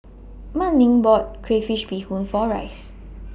Manning bought Crayfish Beehoon For Rice